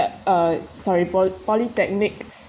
uh uh sorry poly~ polytechnic